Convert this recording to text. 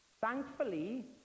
thankfully